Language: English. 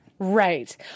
right